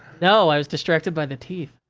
no, i was distracted by the teeth.